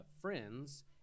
friends